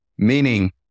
Meaning